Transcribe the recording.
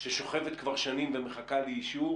ששוכבת כבר שנים ומחכה לאישור